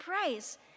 praise